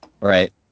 Right